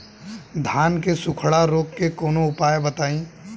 धान के सुखड़ा रोग के कौनोउपाय बताई?